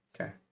Okay